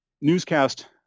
newscast